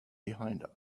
behind